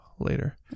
later